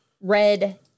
red